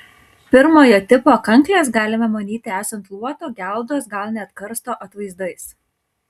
pirmojo tipo kankles galima manyti esant luoto geldos gal net karsto atvaizdais